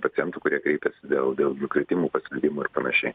pacientų kurie kreipiasi dėl dėl nukritimų paslydimų ir panašiai